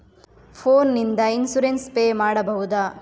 Phone ನಿಂದ insurance pay ಮಾಡಬಹುದ?